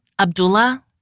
Abdullah